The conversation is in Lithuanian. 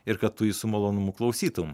ir kad tu jį su malonumu klausytum